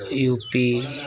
U P